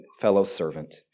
fellow-servant